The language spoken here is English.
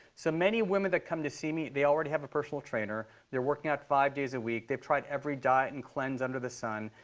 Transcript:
so many women that come to see me, they already have a personal trainer. they're working out five days a week. they've tried every diet and cleanse under the sun,